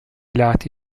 lati